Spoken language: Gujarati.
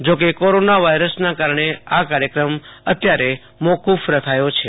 જો કે કોરોના વાયરસના કારણે આ કાર્યક્રમ અત્યારે મોકુફ રખાયો છે